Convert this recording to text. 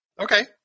Okay